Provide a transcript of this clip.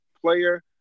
player